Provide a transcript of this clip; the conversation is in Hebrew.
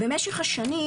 במשך השנים